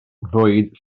nghlwyd